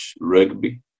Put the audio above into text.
Rugby